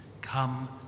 come